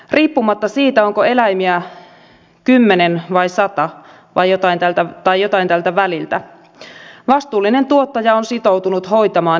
riippumatta siitä onko eläimiä kymmenen vai sata tai jotain tältä väliltä vastuullinen tuottaja on sitoutunut hoitamaan eläimensä joka päivä